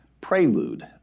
prelude